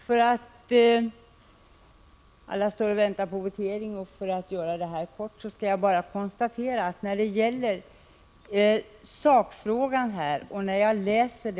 För att vi snart skall komma fram till voteringen, som alla väntar på nu, skall jag direkt gå in på det konstaterande jag gör i sakfrågan.